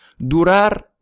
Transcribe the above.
durar